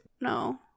No